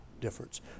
difference